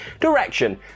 direction